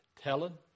telling